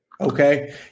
okay –